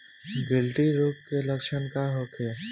गिल्टी रोग के लक्षण का होखे?